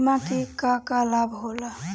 बिमा के का का लाभ होला?